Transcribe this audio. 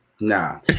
Nah